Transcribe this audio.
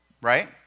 Right